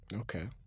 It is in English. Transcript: Okay